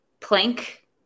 plank